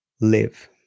live